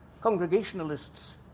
congregationalists